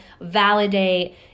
validate